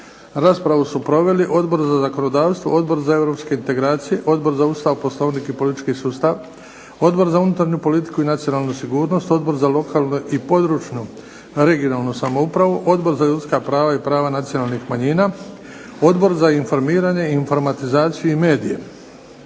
Raspravu su proveli Odbor za zakonodavstvo, Odbor za Europske integracije, Odbor za Ustav, Poslovnik i politički sustav, Odbor za unutarnju politiku i nacionalnu sigurnost, Odbor za lokalnu i područnu, regionalnu samoupravu, Odbor za ljudska prava i prava nacionalnih manjina, Odbor za informiranje, informatizaciju i medije.